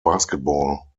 basketball